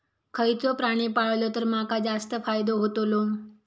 खयचो प्राणी पाळलो तर माका जास्त फायदो होतोलो?